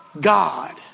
God